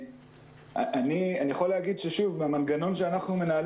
אני יכול להגיד שבמנגנון שאנחנו מנהלים